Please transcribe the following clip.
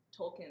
Tolkien